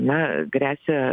na gresia